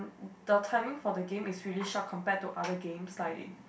the timing for the game is really short compared to other games